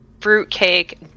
fruitcake